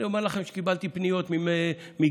אני אומר לכם שקיבלתי פניות מגננות,